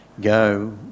go